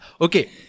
okay